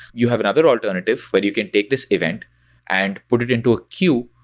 you have another alternative where you can take this event and put it into a queue,